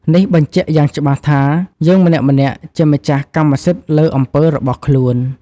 នេះបញ្ជាក់យ៉ាងច្បាស់ថា យើងម្នាក់ៗជាម្ចាស់កម្មសិទ្ធិលើអំពើរបស់ខ្លួន។